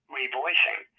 revoicing